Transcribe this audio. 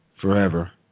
forever